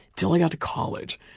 till i got to college.